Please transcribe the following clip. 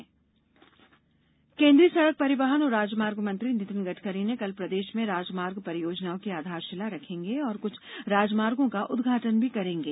राजमार्ग केन्द्रीय सड़क परिवहन और राजमार्ग मंत्री नितिन गड़करी कल प्रदेष में राजमार्ग परियोजाओं की आधारषिला रखेंगे और कुछ राजमार्गो का उद्घाटन भी करेंगे